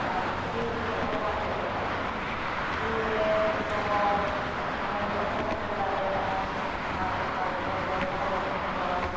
ᱟᱨ meeting ᱠᱚ ᱦᱚᱦᱚ ᱠᱟᱛᱮᱫ ᱨᱮᱦᱚᱸ ᱢᱤᱴᱤᱝ ᱨᱮ ᱡᱚᱛᱚ ᱦᱚᱲ ᱥᱚᱢᱚᱭ ᱨᱮ ᱵᱟᱠᱚ ᱥᱮᱴᱮᱨ ᱫᱟᱲᱮᱭᱟᱜ ᱟ ᱟᱨ ᱚᱱᱠᱟ ᱧᱮᱧᱮᱞ ᱦᱚᱲ ᱠᱚᱦᱚᱸ ᱵᱟᱹᱱᱩᱜ ᱠᱚᱣᱟ